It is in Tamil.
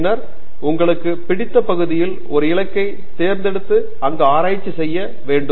பின்னர் உங்களுக்கு பிடித்த பகுதியில் ஒரு இலக்கை தேர்ந்தெடுத்து அங்கு ஆராய்ச்சி செய்ய வேண்டும்